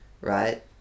right